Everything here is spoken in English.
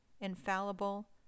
infallible